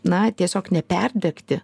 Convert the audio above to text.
na tiesiog neperdegti